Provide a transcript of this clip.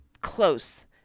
close